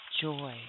joy